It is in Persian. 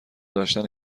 داشتن